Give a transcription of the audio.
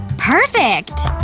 perfect!